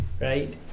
right